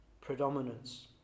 predominance